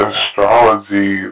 Astrology